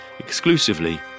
Exclusively